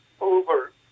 over